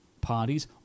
parties